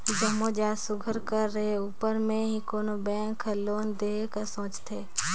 जम्मो जाएत सुग्घर कर रहें उपर में ही कोनो बेंक हर लोन देहे कर सोंचथे